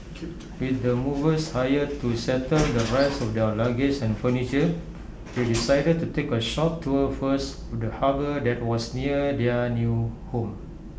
with the movers hired to settle the rest of their luggage and furniture they decided to take A short tour first of the harbour that was near their new home